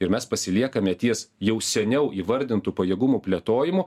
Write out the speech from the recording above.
ir mes pasiliekame ties jau seniau įvardintu pajėgumų plėtojimu